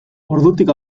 ordutik